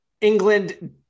England